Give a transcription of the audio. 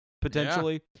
potentially